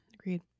agreed